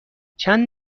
چند